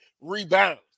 rebound